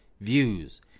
views